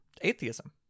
atheism